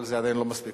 אבל זה עדיין לא מספיק.